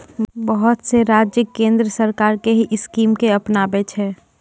बहुत से राज्य केन्द्र सरकार के ही स्कीम के अपनाबै छै